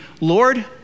Lord